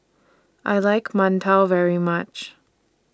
I like mantou very much